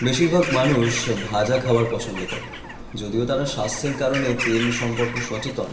বেশিরভাগ মানুষ ভাজা খাবার পছন্দ করেন যদিও তারা স্বাস্থ্যের কারণে তেল সম্পর্কে সচেতন